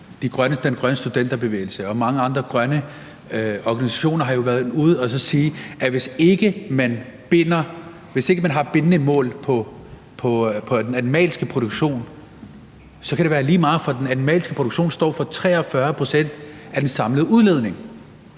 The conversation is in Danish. Den Grønne Studenterbevægelse og mange andre grønne organisationer har jo været ude at sige, at hvis ikke man har bindende mål for den animalske produktion, kan det være lige meget, for den animalske produktion står for 43 pct. af den samlede udledning.